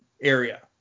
area